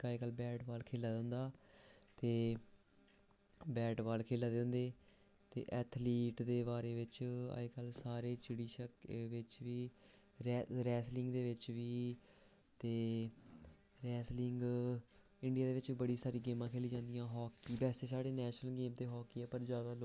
अज्जकल bat ball खेला दा होंदा ते बैट बाल खेला दे होंदे ते एथलीट दे बारै बिच्च अज्जकल सारे चिड़ी छक्के बिच्च बी रैसलिंग दे बिच्च बी रैसलिंग इंडिया दे बिच्च बड़ी सारी गेमां खेल्ली जंदियां हाकी वैसे साढ़ी नेशनल गेम ते हॉकी ऐ पर जादा लोक